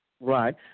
Right